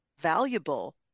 valuable